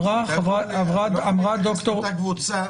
הקבוצה